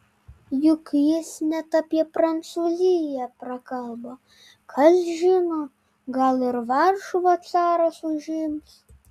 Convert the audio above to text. juk jis net apie prancūziją prakalbo kas žino gal ir varšuvą caras užims